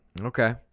Okay